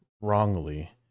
wrongly